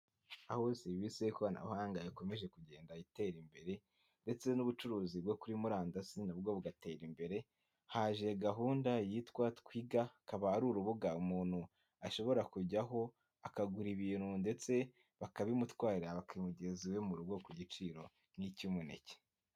Aho serivisi y'ikoranabuhanga ikomeje kugenda itera imbere, ndetse n'ubucuruzi bwo kuri murandasi nabwo bugatera imbere, haje gahunda yitwa twiga, akaba ari urubuga umuntu ashobora kujyaho, akagura ibintu, ndetse bakabimutwarira, bakamugereza iwe mu rugo, ku giciro nk'icy'umuneke.